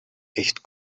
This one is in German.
echt